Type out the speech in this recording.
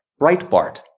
Breitbart